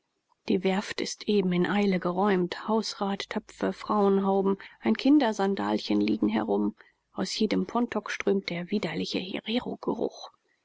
die werft ist eben in eile geräumt hausrat töpfe frauenhauben ein kindersandalchen liegen herum aus jedem pontok strömt der widerliche